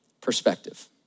perspective